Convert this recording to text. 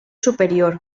superior